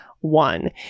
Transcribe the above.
one